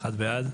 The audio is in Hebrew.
הצבעה בעד,